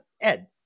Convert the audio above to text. Ed